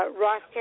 Ross